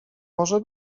może